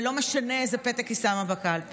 ולא משנה איזה פתק היא שמה בקלפי.